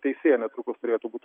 teisėja netrukus turėtų būt